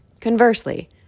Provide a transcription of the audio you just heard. Conversely